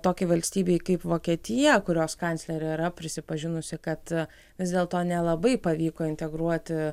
tokiai valstybei kaip vokietija kurios kanclerė yra prisipažinusi kad vis dėlto nelabai pavyko integruoti